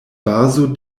bazo